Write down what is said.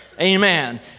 Amen